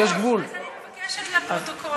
לפרוטוקול,